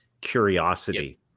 curiosity